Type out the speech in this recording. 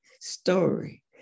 story